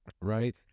Right